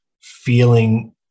feeling